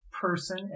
person